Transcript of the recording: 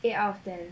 eight out of ten